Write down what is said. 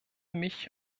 mich